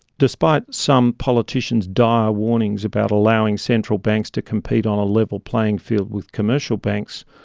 despite some politicians' dire warnings about allowing central banks to compete on a level playing field with commercial banks,